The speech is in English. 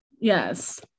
Yes